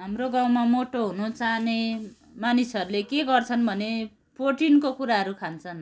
हाम्रो गाउँमा मोटो हुनु चाहने मानिसहरूले के गर्छन् भने प्रोटिनको कुराहरू खान्छन्